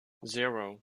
zero